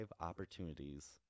opportunities